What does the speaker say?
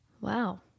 Wow